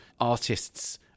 artists